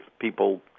people